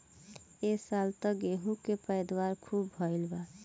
ए साल त गेंहू के पैदावार खूब भइल बा